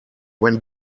when